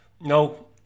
no